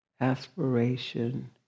aspiration